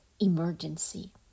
emergency